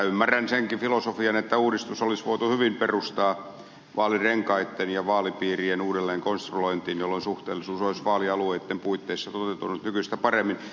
ymmärrän senkin filosofian että uudistus olisi voitu hyvin perustaa vaalirenkaitten ja vaalipiirien uudelleen konstruointiin jolloin suhteellisuus olisi vaalialueitten puitteissa toteutunut nykyistä paremmin